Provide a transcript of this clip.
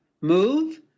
move